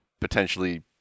potentially